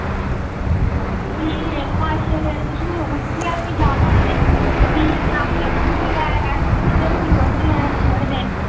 ठीक ऐ पंज छे दिन मसां उट्ठी ऐ भी में आखेआ ठीक ऐ रैस्ट दस्सी दी उन्ने थोह्ड़े दिन